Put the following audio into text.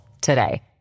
today